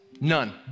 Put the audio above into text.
None